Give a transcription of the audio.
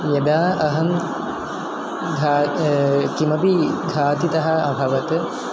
यदा अहं घा किमपि घातितः अभवत्